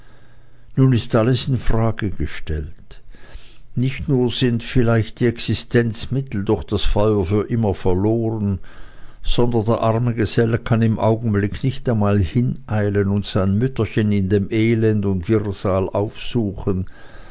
nun ist alles in frage gestellt nicht nur sind vielleicht die existenzmittel durch das feuer für immer verloren sondern der arme gesell kann im augenblicke nicht einmal hineilen und sein mütterchen in dem elend und wirrsal aufsuchen